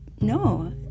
No